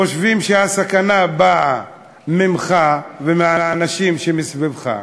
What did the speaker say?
חושבים שהסכנה באה ממך ומהאנשים שמסביבך,